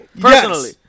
Personally